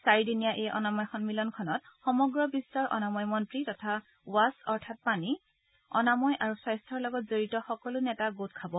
চাৰিদ্নীয়া এই অনাময় সমিলনখনত গোটেই পৃথিৱীৰ অনাময় মন্ত্ৰী তথা ৱাছ অৰ্থাৎ পানী অনাময় আৰু স্বাস্থ্যৰ লগত জড়িত সকলো নেতা গোট খাব